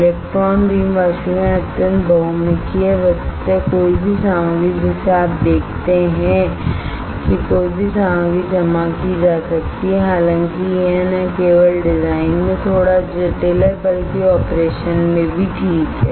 electron beam वाष्पीकरण अत्यंत बहुमुखी है वस्तुतः कोई भी सामग्री जिसे आप देखते हैं कि कोई भी सामग्री जमा की जा सकती है हालांकि यह न केवल डिजाइन में थोड़ा जटिल है बल्कि ऑपरेशन में भी ठीक है